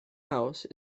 house